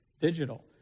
digital